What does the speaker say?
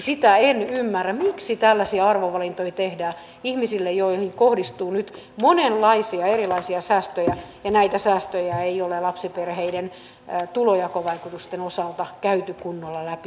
sitä en ymmärrä miksi tällaisia arvovalintoja tehdään näiden ihmisiten osalta joihin kohdistuu nyt monenlaisia erilaisia säästöjä ja näitä säästöjä ei ole lapsiperheiden tulonjakovaikutusten osalta käyty kunnolla läpi